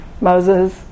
Moses